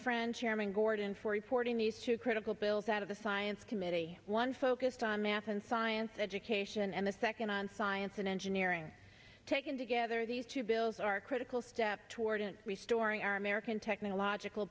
friend chairman gordon for reporting these two critical bills out of the science committee one focused on math and science education and the second on science and engineering taken together these two bills are critical step toward restoring our american technological